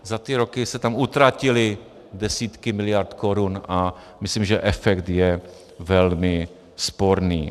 Za ty roky se tam utratily desítky miliard korun a myslím, že efekt je velmi sporný.